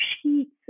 sheets